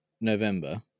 November